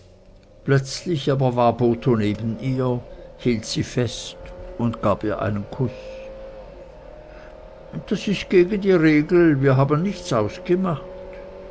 plötzlich aber war botho neben ihr hielt sie fest und gab ihr einen kuß das ist gegen die regel wir haben nichts ausgemacht